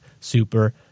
super